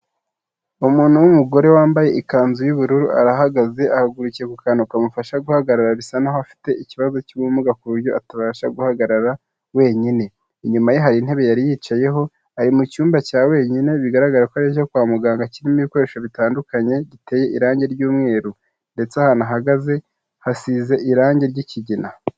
Umuntu w'umugore wambaye ikanzu y'ubururu, arahagaze ahagurukiye ku kantu kamufasha guhagarara bisa nkaho afite ikibazo cy'ubumuga ku buryo atabasha guhagarara wenyine. Inyuma ye hari intebe yari yicayeho, ari mu cyumba cya wenyine, bigaragara ko ari icyo kwa muganga kirimo ibikoresho bitandukanye, giteye irange ry'umweru. Ndetse ahantu ahagaze hasize irange ry'ikigina.